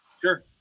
Sure